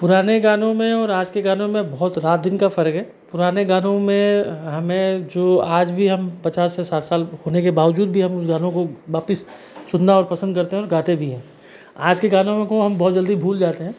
पुराने गानों में और आज के गानों में बहुत रात दिन का फ़र्क है पुराने गानों में हमें जो आज भी हम पचास से साठ साल होने के बावजूद भी हम उन गानों को वापस सुनना पसंद करते हैं और गाते भी है आज के गानों को हम बहुत जल्दी भूल जाते हैं